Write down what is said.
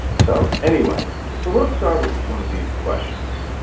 so anyway, so let's start with one of these questions.